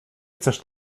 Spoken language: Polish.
chcesz